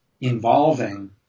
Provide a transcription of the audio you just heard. involving